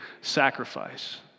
sacrifice